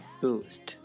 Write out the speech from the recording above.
boost